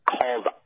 called